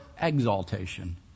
exaltation